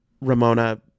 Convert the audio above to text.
Ramona